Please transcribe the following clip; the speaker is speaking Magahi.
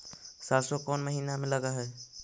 सरसों कोन महिना में लग है?